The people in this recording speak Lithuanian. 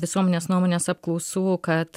visuomenės nuomonės apklausų kad